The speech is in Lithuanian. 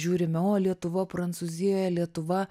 žiūrime o lietuva prancūzijoje lietuva